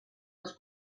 les